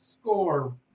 score